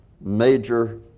major